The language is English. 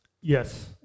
Yes